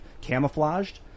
camouflaged